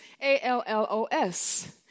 A-L-L-O-S